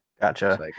Gotcha